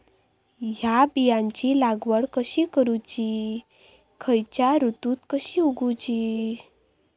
हया बियाची लागवड कशी करूची खैयच्य ऋतुत कशी उगउची?